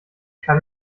kann